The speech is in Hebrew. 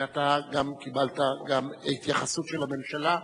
ואתה גם קיבלת התייחסות של הממשלה.